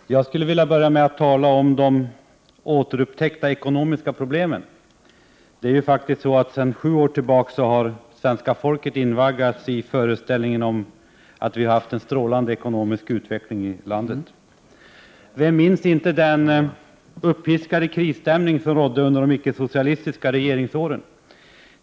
Herr talman! Jag skulle vilja börja med att tala om de återupptäckta ekonomiska problemen. Det är faktiskt så, att svenska folket i sju år har invaggats i föreställningen att vi har haft en strålande ekonomisk utveckling i landet. Vem minns inte den uppiskade krisstämning som rådde under de icke-socialistiska regeringsåren?